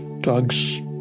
Dogs